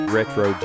Retro